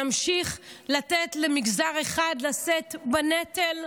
נמשיך לתת למגזר אחד לשאת בנטל?